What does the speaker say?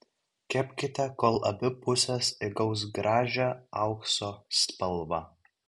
kepkite kol abi pusės įgaus gražią aukso spalvą